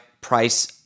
price